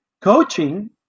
Coaching